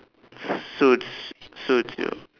so it's so it's you